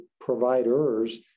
providers